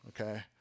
Okay